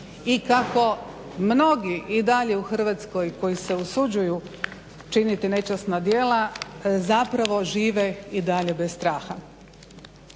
i kako mnogi dalje u Hrvatskoj koji se usuđuju činiti nečasna djela zapravo žive i dalje bez strana,